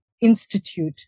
institute